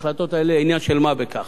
בהחלטות אלה עניין של מה בכך.